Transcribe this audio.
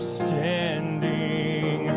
standing